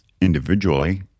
individually